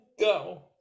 go